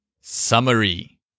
Summary